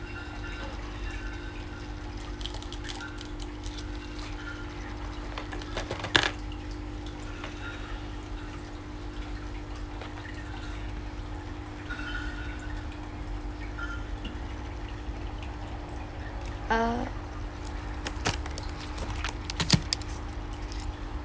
err